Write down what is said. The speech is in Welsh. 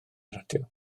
radio